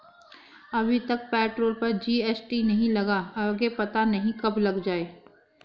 अभी तक तो पेट्रोल पर जी.एस.टी नहीं लगा, आगे पता नहीं कब लग जाएं